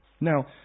Now